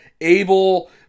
Abel